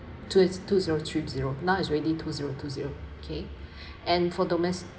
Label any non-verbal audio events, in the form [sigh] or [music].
two ze~ two zero three zero now it's already two zero two zero okay [breath] and for domes~